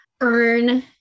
earn